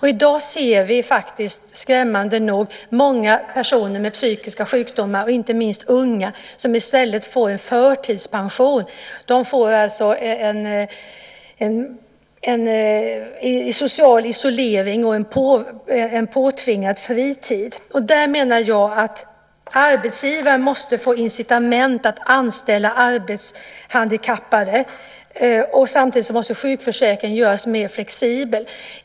I dag ser vi skrämmande nog många personer med psykiska sjukdomar, inte minst unga, som i stället får förtidspension. De får alltså en social isolering och en påtvingad fritid. Jag menar att arbetsgivaren måste få incitament att anställa arbetshandikappade. Samtidigt måste sjukförsäkringen göras mer flexibel.